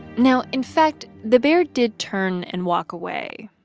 now, in fact, the bear did turn and walk away.